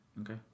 okay